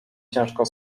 ciężko